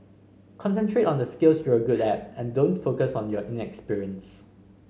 concentrate on the skills you're good at and don't focus on your inexperience